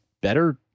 better